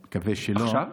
עכשיו?